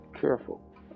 careful